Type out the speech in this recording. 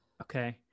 Okay